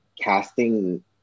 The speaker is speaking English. casting